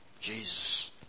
Jesus